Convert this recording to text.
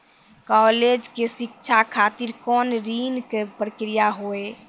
College के शिक्षा खातिर कौन ऋण के प्रक्रिया हुई?